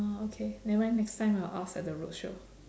orh okay never mind next time I will ask at the roadshow